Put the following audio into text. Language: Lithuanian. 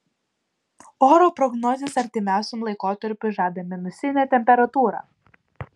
oro prognozės artimiausiam laikotarpiui žada minusinę temperatūrą